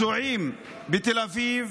פצועים בתל אביב